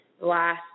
last